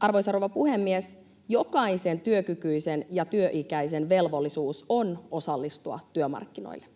Arvoisa rouva puhemies! Jokaisen työkykyisen ja työikäisen velvollisuus on osallistua työmarkkinoille.